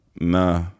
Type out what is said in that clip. Nah